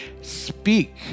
speak